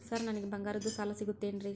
Sir ನನಗೆ ಬಂಗಾರದ್ದು ಸಾಲ ಸಿಗುತ್ತೇನ್ರೇ?